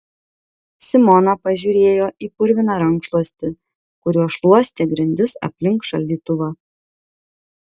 simona pažiūrėjo į purviną rankšluostį kuriuo šluostė grindis aplink šaldytuvą